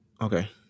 Okay